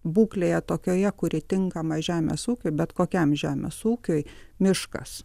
būklėje tokioje kuri tinkama žemės ūkio bet kokiam žemės ūkiui miškas